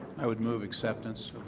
i would move acceptance.